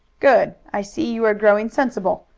good! i see you are growing sensible.